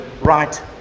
right